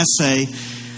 essay